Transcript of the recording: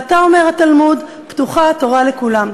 מעתה, אומר התלמוד, פתוחה התורה לכולם.